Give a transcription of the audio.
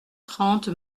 trente